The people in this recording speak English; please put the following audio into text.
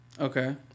Okay